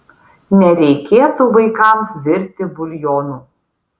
nereikėtų vaikams virti buljonų